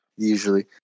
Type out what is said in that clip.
usually